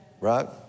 Right